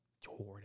Jordan